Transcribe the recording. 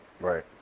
right